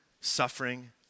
suffering